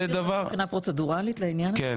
הערה פרוצדורלית לעניין הזה.